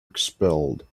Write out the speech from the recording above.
expelled